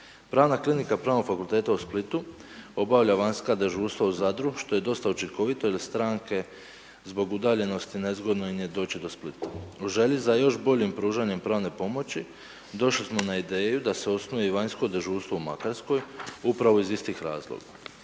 Pravna klinika Pravnog fakulteta u Splitu, obavlja vanjska dežurstva u Zadru, što je dosta učinkovitosti, jer stranke zbog udaljenost, nezgodno im je doći do Splita. U želji za još boljim pružanjem pravne pomoći, došli smo na ideju da se osnuje i vanjsko dežurstvo u Makarskoj upravo iz istih razloga.